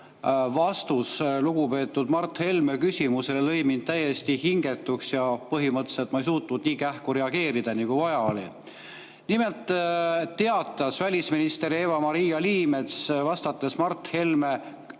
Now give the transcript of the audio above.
vastus lugupeetud Mart Helme küsimusele lõi mind täiesti hingetuks ja põhimõtteliselt ma ei suutnud nii kähku reageerida, nagu vaja oli. Nimelt teatas välisminister Eva-Maria Liimets, vastates Mart Helme